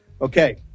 Okay